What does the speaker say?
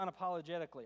unapologetically